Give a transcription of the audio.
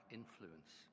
influence